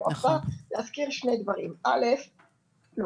אני רוצה להזכיר כמה דברים: דבר אחד,